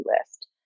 list